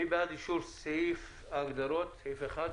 מי בעד אישור סעיף ההגדרות, סעיף 1?